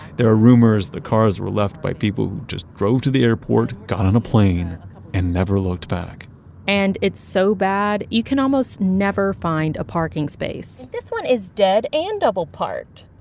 there are rumors the cars were left by people who just drove to the airport, got on a plane and never looked back and it's so bad, you can almost never find a parking space this one is dead and double parked.